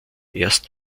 erst